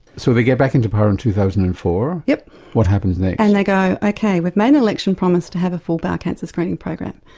so they get back into power in two thousand and four, yeah what happens next? and they go, ok, we've made an election promise to have a full bowel cancer screening program,